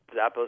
Zappos